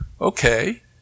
okay